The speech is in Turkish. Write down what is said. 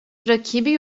rakibi